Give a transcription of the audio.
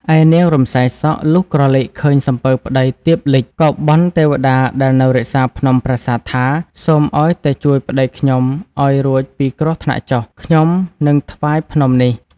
ឯនាង រំសាយសក់ លុះក្រឡេកឃើញសំពៅ ប្តីទៀបលិច ក៏បន់ទេវតាដែលនៅរក្សាភ្នំប្រាសាទថា "សូមឱ្យតែជួយប្តីខ្ញុំឱ្យរួចពីគ្រោះថ្នាក់ចុះ ខ្ញុំនឹងថ្វាយភ្នំនេះ” ។